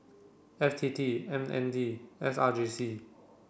F T T M N D S R G C